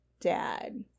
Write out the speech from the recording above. dad